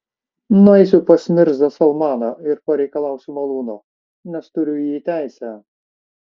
nueisiu pas mirzą salmaną ir pareikalausiu malūno nes turiu į jį teisę